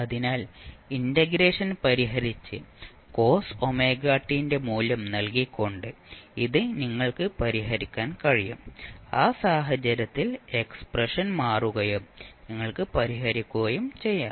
അതിനാൽ ഇന്റഗ്രേഷൻ പരിഹരിച്ച് cos ωt ന്റെ മൂല്യം നൽകിക്കൊണ്ട് ഇത് നിങ്ങൾക്ക് പരിഹരിക്കാൻ കഴിയും ആ സാഹചര്യത്തിൽ എക്സ്പ്രഷൻ മാറുകയും നിങ്ങൾക്ക് പരിഹരിക്കുകയും ചെയ്യാം